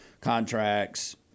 contracts